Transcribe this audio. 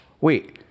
Wait